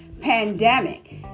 pandemic